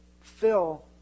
fill